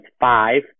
five